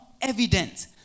evident